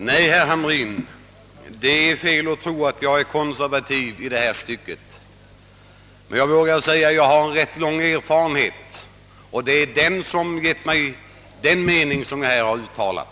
Herr talman! Nej, herr Hamrin, det är fel att tro att jag är konservativ i detta stycke. Jag vågar säga att jag har rätt lång erfarenhet, och det är den som har givit mig den mening som jag här har uttalat.